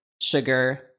sugar